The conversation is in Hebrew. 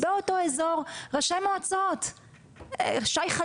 באותו אזור ראשי מועצות שי